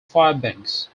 fairbanks